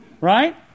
Right